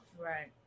right